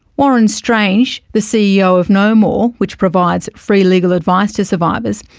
warren strange, the ceo of know more, which provides free legal advice to survivors,